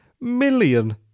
million